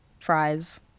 Fries